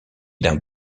d’un